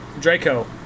Draco